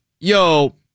yo